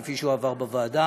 כפי שהוא עבר בוועדה.